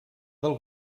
del